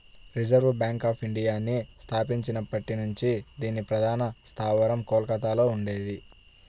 reserve bank of ఇండియాని స్థాపించబడినప్పటి నుంచి దీని ప్రధాన స్థావరం కోల్కతలో ఉండేది